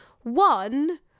One